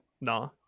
nah